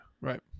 right